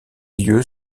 lieux